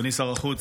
החוץ,